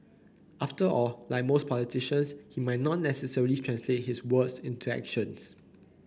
after all like most politicians he might not necessarily translate his words into actions